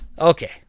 Okay